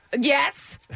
Yes